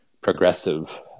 progressive